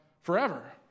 forever